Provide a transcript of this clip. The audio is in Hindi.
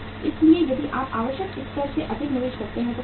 इसलिए यदि आप आवश्यक स्तर से अधिक निवेश करते हैं तो क्या होगा